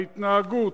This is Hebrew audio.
ההתנהגות,